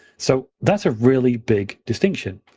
so that's a really big distinction,